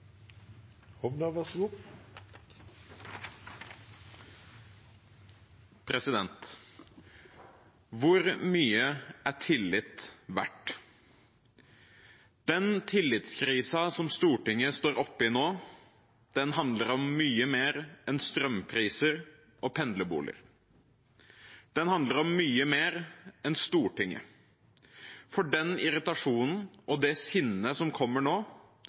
nå, handler om mye mer enn strømpriser og pendlerboliger. Den handler om mye mer enn Stortinget. Den irritasjonen og det sinnet som kommer nå,